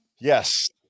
Yes